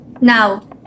now